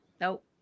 nope